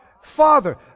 Father